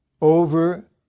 over